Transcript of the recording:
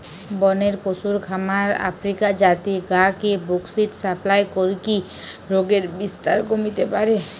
বনের পশুর খামার আফ্রিকার জাতি গা কে বুশ্মিট সাপ্লাই করিকি রোগের বিস্তার কমিতে পারে